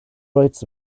writes